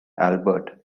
albert